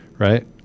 right